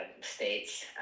states